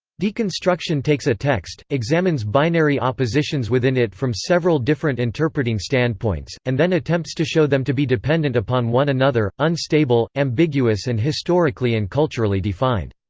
deconstruction takes a text, examines binary oppositions within it from several different interpreting standpoints, and then attempts to show them to be dependent upon one another, unstable, ambiguous and historically and culturally defined.